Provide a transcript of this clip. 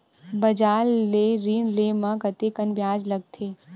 बजार ले ऋण ले म कतेकन ब्याज लगथे?